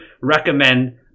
recommend